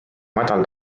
madal